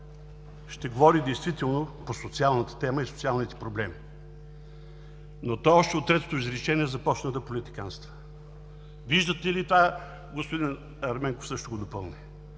ще говори действително по социалната тема и социалните проблеми. Но той още от третото изречение започна да политиканства, господин Ерменков също го допълни: